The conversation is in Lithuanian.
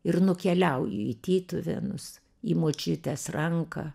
ir nukeliauju į tytuvėnus į močiutės ranką